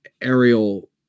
aerial